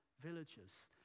villagers